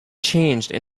changed